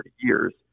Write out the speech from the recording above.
years